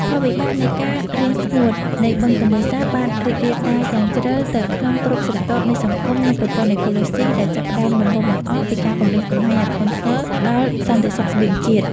ផលវិបាកនៃការរីងស្ងួតនៃបឹងទន្លេសាបបានរីករាលដាលយ៉ាងជ្រៅទៅក្នុងគ្រប់ស្រទាប់នៃសង្គម និងប្រព័ន្ធអេកូឡូស៊ី ដោយចាប់ផ្តើមដំបូងបង្អស់ពីការគំរាមកំហែងយ៉ាងធ្ងន់ធ្ងរដល់សន្តិសុខស្បៀងជាតិ។